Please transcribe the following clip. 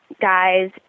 guys